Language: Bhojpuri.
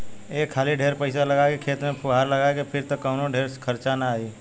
एक हाली ढेर पईसा लगा के खेत में फुहार लगा के फिर त कवनो ढेर खर्चा ना आई